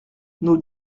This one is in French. nous